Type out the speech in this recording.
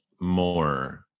more